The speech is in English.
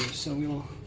so, we will